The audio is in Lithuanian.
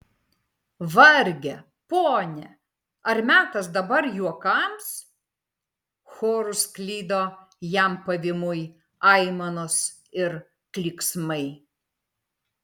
varge pone ar metas dabar juokams choru sklido jam pavymui aimanos ir klyksmai